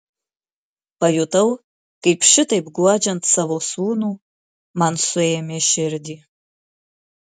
pajutau kaip šitaip guodžiant savo sūnų man suėmė širdį